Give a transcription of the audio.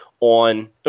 on